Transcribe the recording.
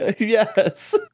Yes